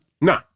No